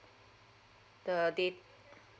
the dat~